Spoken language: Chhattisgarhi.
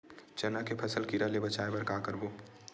चना के फसल कीरा ले बचाय बर का करबो?